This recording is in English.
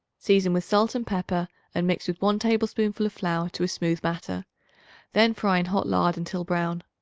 season with salt and pepper and mix with one tablespoonful of flour to a smooth batter then fry in hot lard until brown.